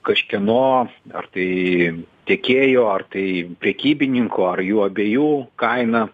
kažkieno ar tai tiekėjo ar tai prekybininko ar jų abiejų kaina